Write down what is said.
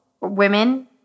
women